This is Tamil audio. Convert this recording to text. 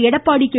எடப்பாடி கே